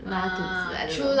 拉肚子 I don't know